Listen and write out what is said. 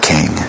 King